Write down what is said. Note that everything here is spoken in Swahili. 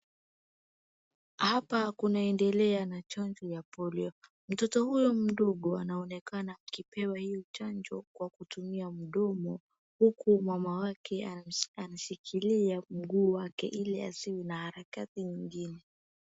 Hapa kunaendelea na chanjo ya Polio. Mtoto huyo mdogo anaonekana akipewa hiyo chanjo kwa kutumia mdomo huku mama wake anashikilia mguu wake ili asiwe na harakati nyingine.